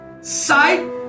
Sight